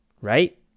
Right